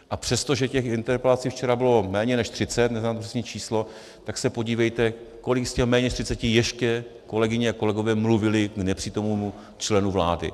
A přestože těch interpelací včera bylo méně než třicet, neznám přesné číslo, tak se podívejte, kolik z těch méně než třiceti ještě kolegyně a kolegové mluvili k nepřítomnému členu vlády.